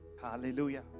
Hallelujah